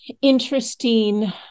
interesting